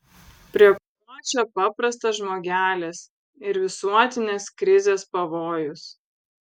prie ko čia paprastas žmogelis ir visuotinės krizės pavojus